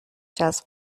جذب